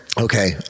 Okay